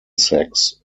sex